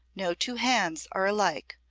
no two hands are alike,